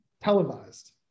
televised